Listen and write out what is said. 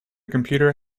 computer